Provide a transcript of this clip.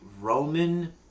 Roman